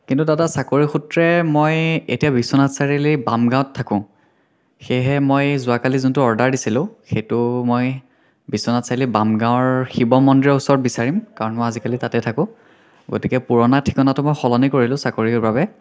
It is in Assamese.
কিন্তু দাদা চাকৰিসূত্ৰে মই এতিয়া বিশ্বনাথ চাৰিআলি বামগাঁৱত থাকোঁ সেয়েহে মই যোৱাকালি যোনটো অৰ্ডাৰ দিছিলোঁ সেইটো মই বিশ্বনাথ চাৰিআলি বামগাঁৱৰ শিৱমন্দিৰৰ ওচৰত বিচাৰিম কাৰণ মই আজিকালি তাতে থাকোঁ গতিকে পুৰণা ঠিকনাটো মই সলনি কৰিলোঁ চাকৰিৰ বাবে